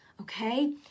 okay